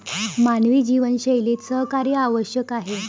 मानवी जीवनशैलीत सहकार्य आवश्यक आहे